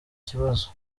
kibazo